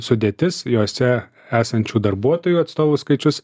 sudėtis jose esančių darbuotojų atstovų skaičius